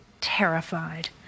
terrified